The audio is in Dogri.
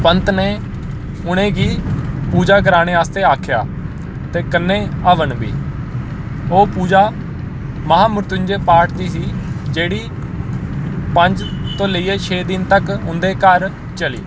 पंत ने उ'नेंगी पूजा कराने आस्तै आखेआ ते कन्नै हवन बी ओह् पूजा महामृत्युंजय पाठ दी ही जेह्ड़ी पंज तो लेइयै छे दिन तक उं'दे घर चली